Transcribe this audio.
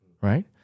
Right